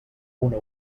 una